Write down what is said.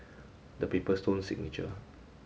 the Paper Stone Signature